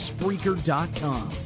Spreaker.com